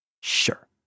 Sure